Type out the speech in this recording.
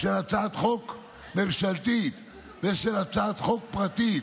של הצעת חוק ממשלתית ושל הצעת חוק פרטית